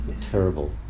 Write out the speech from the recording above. Terrible